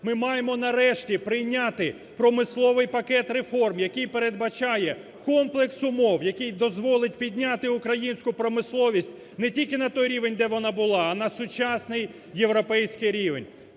Ми маємо, нарешті, приймати промисловий пакет реформ, який передбачає комплекс умов, який дозволить підняти українську промисловість не тільки на той рівень, де вона була, а на сучасний європейський рівень.